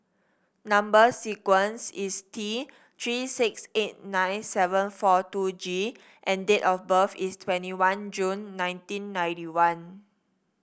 number sequence is T Three six eight nine seven four two G and date of birth is twenty one June nineteen ninety one